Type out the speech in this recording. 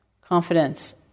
confidence